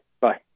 bye